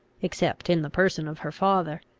except in the person of her father.